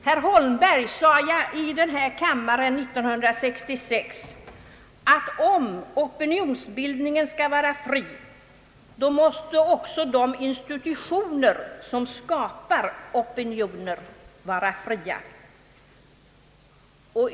Herr Holmberg sade i denna kammare år 1966 att om opinionsbildningen skall vara fri, måste också de institutioner som skapar opinioner vara fria.